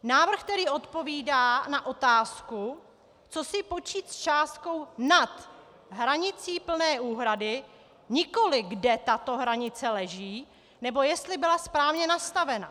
Návrh tedy odpovídá na otázku, co si počít s částkou nad hranicí plné úhrady, nikoli kde tato hranice leží nebo jestli byla správně nastavena.